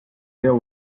there